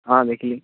ହଁ ଦେଖିଲି